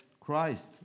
Christ